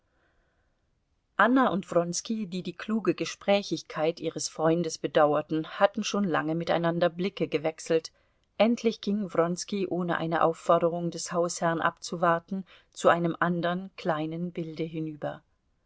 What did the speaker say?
anna und wronski die die kluge gesprächigkeit ihres freundes bedauerten hatten schon lange miteinander blicke gewechselt endlich ging wronski ohne eine aufforderung des hausherrn abzuwarten zu einem andern kleinen bilde hinüber